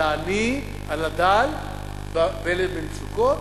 על העני, על הדל ועל אלה שבמצוקה,